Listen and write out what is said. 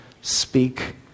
speak